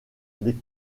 les